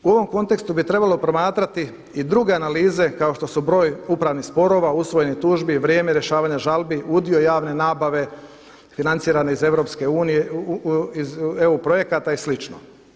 U ovom kontekstu bi trebalo promatrati i druge analize kao što su broj upravnih sporova, usvojenih tužbi, vrijeme rješavanja žalbi, udio javne nabave financirane iz Europske unije, iz EU projekata i sl.